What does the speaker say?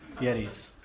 Yetis